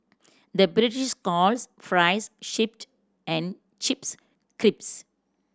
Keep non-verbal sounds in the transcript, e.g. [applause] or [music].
the British calls fries [unintelligible] and chips crisps